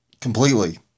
completely